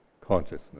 consciousness